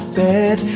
bed